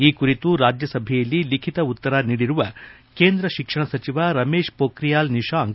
ಈ ಕುರಿತು ರಾಜ್ಯ ಸಭೆಯಲ್ಲಿ ಲಿಖಿತ ಉತ್ತರ ನೀಡಿರುವ ಕೇಂದ್ರ ಶಿಕ್ಷಣ ಸಚಿವ ರಮೇಶ್ ಮೋಭಿಯಾಲ್ ನಿಶಾಂಕ್